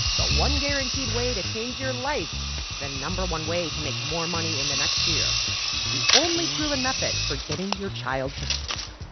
but one guaranteed way to change your life the no. one way to make more money in the next year the only proven method for getting your child to sleep